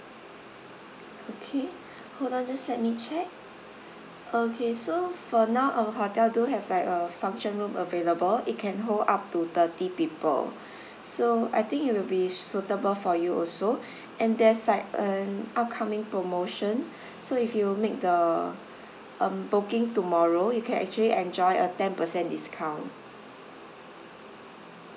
okay hold on just let me check okay so for now our hotel do have like a function room available it can hold up to thirty people so I think it will be suitable for you also and there's like an upcoming promotion so if you make the um booking tomorrow you can actually enjoy a ten percent discount